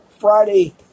friday